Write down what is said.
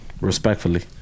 Respectfully